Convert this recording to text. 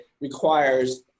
requires